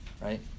right